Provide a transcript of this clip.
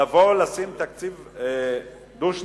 לבוא, לשים תקציב דו-שנתי.